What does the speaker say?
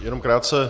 Jenom krátce.